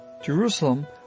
Jerusalem